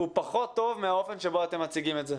הוא פחות טוב מהאופן שבו אתם מציגים את זה.